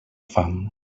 fam